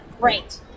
great